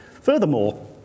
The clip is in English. Furthermore